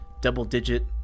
double-digit